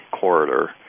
corridor